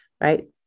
right